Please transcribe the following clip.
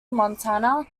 montana